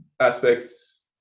aspects